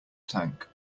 tank